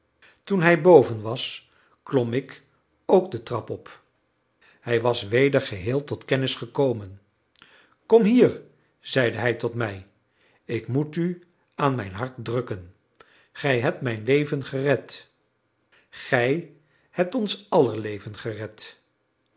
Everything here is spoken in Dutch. toen hij boven was klom ik ook de trap op hij was weder geheel tot kennis gekomen kom hier zeide hij tot mij ik moet u aan mijn hart drukken gij hebt mijn leven gered gij hebt ons aller leven gered